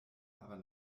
aber